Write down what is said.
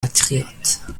patriotes